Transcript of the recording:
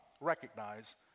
Recognize